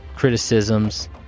criticisms